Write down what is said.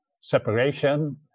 separation